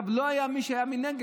לא היה מי שהיה מנגד,